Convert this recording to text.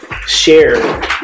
share